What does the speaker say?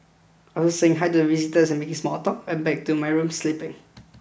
after saying hi to visitors and making small talk I'm back to my room sleeping